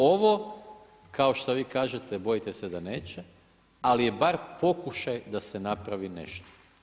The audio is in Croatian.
Ovo kao što vi kažete bojite se da neće, ali je bar pokušaj da se napravi nešto.